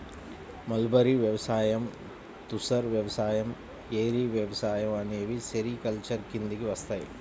mulberry వ్యవసాయం, తుసర్ వ్యవసాయం, ఏరి వ్యవసాయం అనేవి సెరికల్చర్ కిందికి వస్తాయి